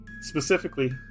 Specifically